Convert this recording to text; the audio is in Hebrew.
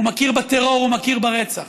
הוא מכיר בטרור ומכיר ברצח.